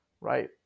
Right